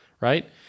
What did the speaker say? right